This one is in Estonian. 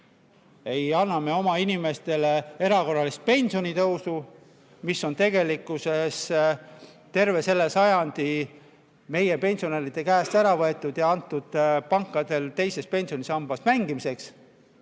võimalda oma inimestele erakorralist pensionitõusu. [See raha] on tegelikkuses terve selle sajandi meie pensionäride käest ära võetud ja antud pankadele teises pensionisambas mängimiseks.